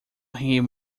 him